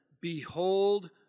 Behold